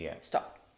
stop